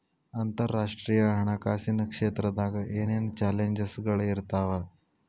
ಅಂತರರಾಷ್ಟ್ರೇಯ ಹಣಕಾಸಿನ್ ಕ್ಷೇತ್ರದಾಗ ಏನೇನ್ ಚಾಲೆಂಜಸ್ಗಳ ಇರ್ತಾವ